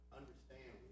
understand